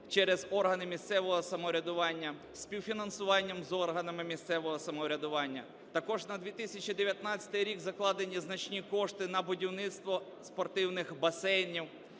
через органи місцевого самоврядування, співфінансування з органами місцевого самоврядування. Також на 2019 рік закладені значні кошти на будівництво спортивних басейнів.